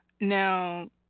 now